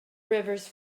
rivers